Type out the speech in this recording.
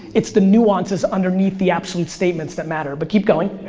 it's the nuances underneath the absolute statements that matter, but keep going.